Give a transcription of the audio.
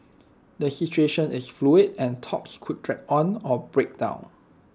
the situation is fluid and talks could drag on or break down